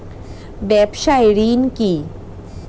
ব্যবসায় ঋণ কি?